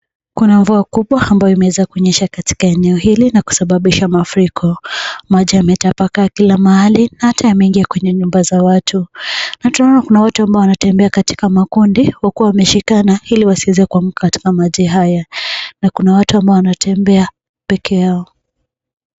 Kuna mvua kubwa ambayo imeweza kunyesha katika eneo hili na kusababisha mafuriko. Maji yametapakaa kila mahali na hata yameingia kwenye nyumba za watu na tunaona kuna watu ambao wanatembea katika makundi, huku wameshikana ili wasiweze kuanguka katika maji haya na kuna watu ambao wanatembea pekee yao.